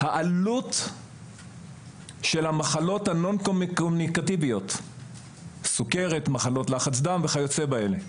העלות של המחלות כגון סכרת, לחץ דם וכיוצא באלה,